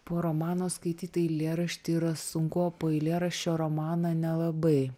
po romano skaityt eilėraštį yra sunku o po eilėraščio romaną nelabai